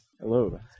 Hello